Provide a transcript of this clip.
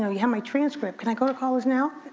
know, you have my transcript, can i go to college now?